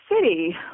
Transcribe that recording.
city